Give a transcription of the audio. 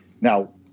Now